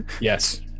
Yes